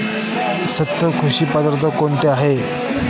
सात कृषी पद्धती कोणत्या आहेत?